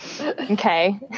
Okay